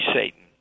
Satan